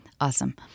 awesome